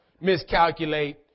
miscalculate